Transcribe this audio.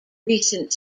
recent